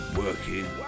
working